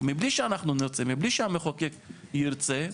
מבלי שהמחוקק ירצה,